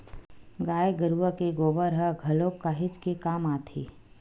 गाय गरुवा के गोबर ह घलोक काहेच के काम आथे